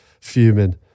fuming